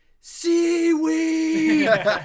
seaweed